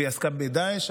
והיא עסקה בדאעש,